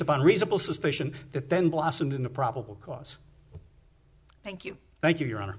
upon reasonable suspicion that then blossomed into probable cause thank you thank you your hon